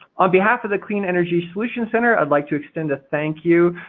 on behalf of the clean energy solution center, i'd like to extend a thank you